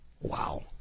Wow